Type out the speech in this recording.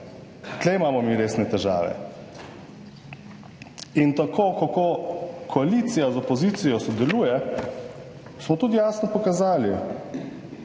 Tu imamo resne težave. In to, kako koalicija z opozicijo sodeluje, smo tudi jasno pokazali